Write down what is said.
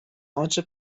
آنچه